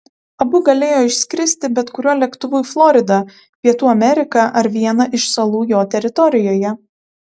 abu galėjo išskristi bet kuriuo lėktuvu į floridą pietų ameriką ar vieną iš salų jo teritorijoje